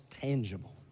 tangible